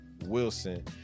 Wilson